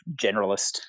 generalist